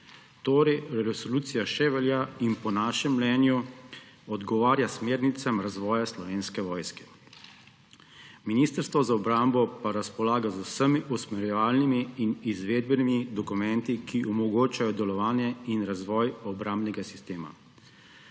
torej še velja in po našem mnenju odgovarja smernicam razvoja Slovenske vojske. Ministrstvo za obrambo pa razpolaga z vsemi usmerjevalnimi in izvedbenimi dokumenti, ki omogočajo delovanje in razvoj obrambnega sistema.